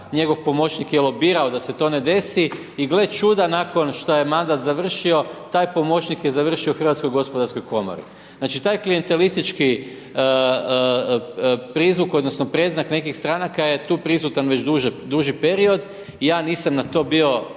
njegov pomoćnik je lobirao da se to ne desi i gle čuda nakon što je mandat završio taj pomoćnik je završio u Hrvatskoj gospodarskoj komori. Znači taj klijentelistički prizvuk odnosno predznak nekih stranaka je tu prisutan već duži period i ja nisam na to bio